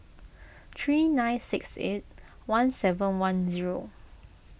three nine six eight one seven one zero